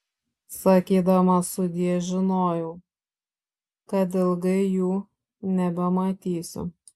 sakydamas sudie žinojau kad ilgai jų nebematysiu